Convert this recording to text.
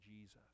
Jesus